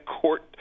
court